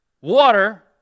water